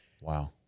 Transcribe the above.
Wow